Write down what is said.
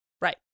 right